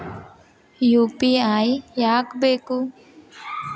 UPI ಯಾಕ್ ಬೇಕು?